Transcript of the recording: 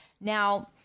now